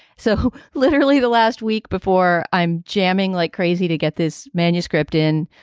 so literally the last week before i'm jamming like crazy to get this manuscript in,